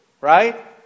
Right